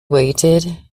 waited